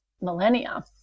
millennia